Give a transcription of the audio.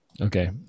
Okay